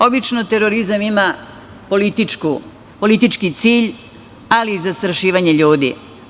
Obično terorizam ima politički cilj, ali i zastrašivanje ljudi.